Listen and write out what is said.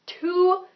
two